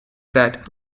that